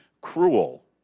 cruel